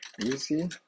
easy